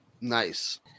Nice